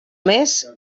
més